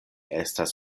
estas